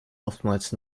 oftmals